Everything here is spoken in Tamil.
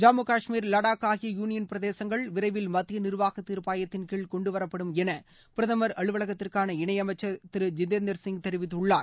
ஜம்மு கஷ்மீர் லடாக் ஆகிய யூனியன் பிரதேசங்கள் விரைவில் மத்திய நிர்வாக தீர்ப்பாயத்தின் கீழ் கொண்டு வரப்படும் என பிரதமர் அலுவலகத்திற்கான இணையமைச்சர் ஜிதேந்திர சிங் தெரிவித்துள்ளார்